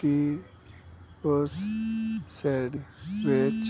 ਕੀ ਉਸ ਸੈਡਵਿੱਚ